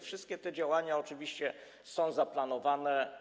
Wszystkie te działania oczywiście są zaplanowane.